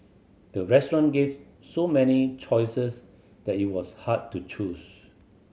the restaurant gave so many choices that it was hard to choose